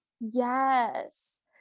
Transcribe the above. yes